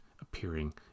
appearing